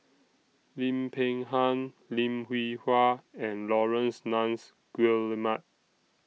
Lim Peng Han Lim Hwee Hua and Laurence Nunns Guillemard